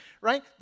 right